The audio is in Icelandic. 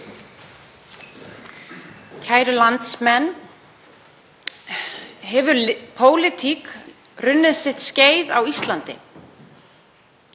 Kæru landsmenn. Hefur pólitík runnið sitt skeið á Íslandi?